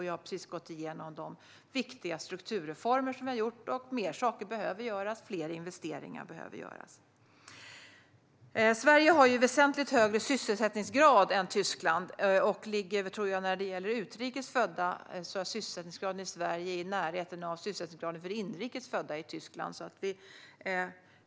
Jag har precis gått igenom de viktiga strukturreformer vi har gjort, men mer behöver göras och fler investeringar behöver göras. Sverige har väsentligt högre sysselsättningsgrad än Tyskland. När det gäller utrikes födda ligger sysselsättningsgraden i närheten av sysselsättningsgraden för inrikes födda i Tyskland.